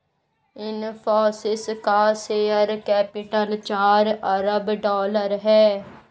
इनफ़ोसिस का share capital चार अरब डॉलर है